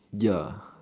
ya